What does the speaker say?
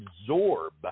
absorb